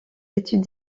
études